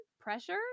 pressure